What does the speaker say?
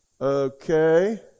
Okay